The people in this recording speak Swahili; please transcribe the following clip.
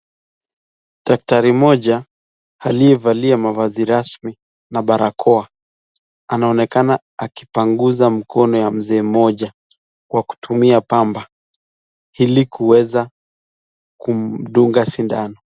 Daktari mmoja aliyevalia mavazi rasmi na barakoa, anaonekana akipanguza mkono ya mzee mmoja kwa kutumia pamba ili kuweza kumdunga sindano.